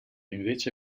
invece